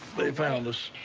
they found us.